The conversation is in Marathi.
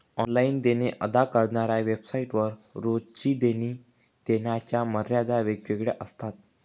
ऑनलाइन देणे अदा करणाऱ्या वेबसाइट वर रोजची देणी देण्याच्या मर्यादा वेगवेगळ्या असतात